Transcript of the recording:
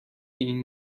این